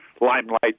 limelight